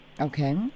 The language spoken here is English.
Okay